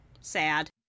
Sad